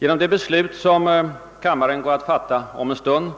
Genom det beslut som kammaren går att fatta om en stund